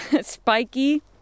spiky